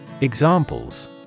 Examples